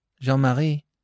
Jean-Marie